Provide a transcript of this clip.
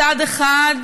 מצד אחד,